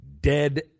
dead